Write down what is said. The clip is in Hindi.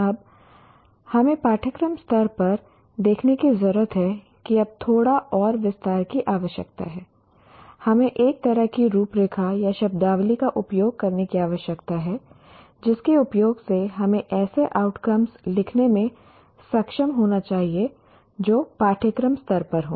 अब हमें पाठ्यक्रम स्तर पर देखने की जरूरत है कि अब थोड़ा और विस्तार की आवश्यकता है हमें एक तरह की रूपरेखा या शब्दावली का उपयोग करने की आवश्यकता है जिसके उपयोग से हमें ऐसे आउटकम्स लिखने में सक्षम होना चाहिए जो पाठ्यक्रम स्तर पर हों